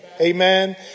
Amen